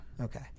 Okay